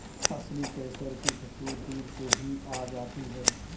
असली केसर की खुशबू दूर से ही आ जाती है